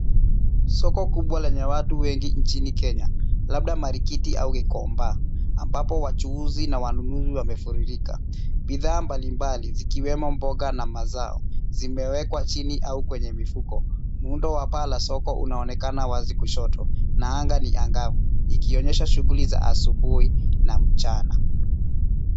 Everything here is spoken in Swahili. Soko kubwa lenye watu wengi nchini Kenya, labda Marikiti au Gikomba ambapo wachuuzi na wanunuzi wamefurika. Bidhaa mbalimbali zikiwemo mboga na mazao zimewekwa chini au kwenye mifuko. Muundo wa paa la soko unaonekana wazi kushoto na anga ni angavu ikionyesha shughuli za asubuhi na mchana.